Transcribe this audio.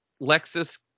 Lexus